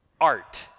art